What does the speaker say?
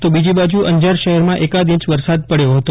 તો બીજી બાજુ અંજાર શહેરમાં એકાદ ઇંચ વરસાદ પડ્યો હતો